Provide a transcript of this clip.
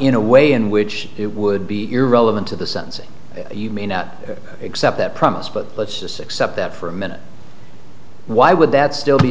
in a way in which it would be irrelevant to the sentencing you mean that except that promise but let's just accept that for a minute why would that still be